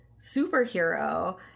superhero